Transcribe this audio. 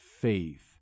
faith